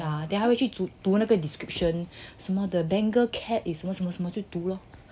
then 他会去读那个 description the bangor cat is 什么什么就读了